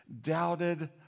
doubted